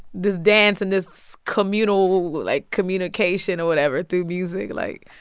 this dance and this communal, like, communication or whatever through music. like,